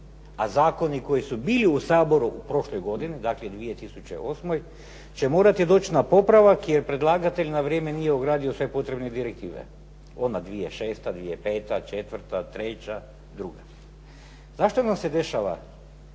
a zakoni koji su bili u Saboru prošle godine, dakle u 2008. će morati doći na popravak jer predlagatelj na vrijeme nije ugradio sve potrebne direktive. Ona 2006., 2005., četvrta, treća, druga. Zašto nam se dešava